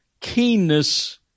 keenness